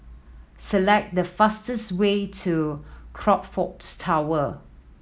select the fastest way to Crockfords Tower